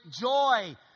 joy